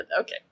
okay